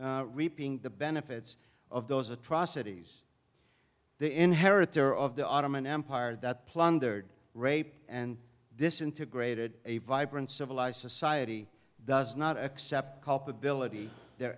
e reaping the benefits of those atrocities the inheritor of the ottoman empire that plundered raped and this integrated a vibrant civilized society does not accept culpability their